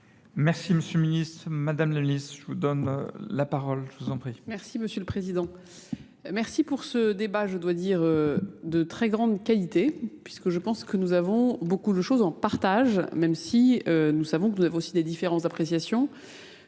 Merci M. le Ministre, Mme Lenis, je vous donne la parole, je vous en prie. prie. Merci M. le Président. Merci pour ce débat, je dois dire, de très grande qualité, puisque je pense que nous avons beaucoup de choses en partage, même si nous savons que nous avons aussi des différences d'appréciation.